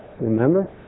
Remember